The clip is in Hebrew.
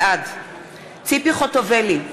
בעד ציפי חוטובלי,